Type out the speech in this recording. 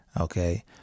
Okay